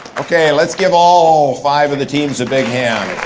okay, let's give all five of the teams a big hand.